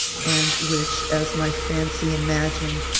and which, as my fancy imagined,